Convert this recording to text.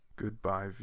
Goodbye